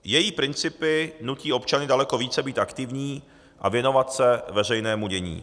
Její principy nutí občany daleko více být aktivní a věnovat se veřejnému dění.